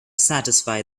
satisfy